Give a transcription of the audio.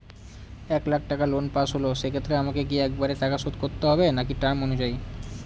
এক লাখ টাকা loan pass হল সেক্ষেত্রে আমাকে কি একবারে টাকা শোধ করতে হবে নাকি টার্ম অনুযায়ী?